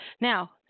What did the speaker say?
Now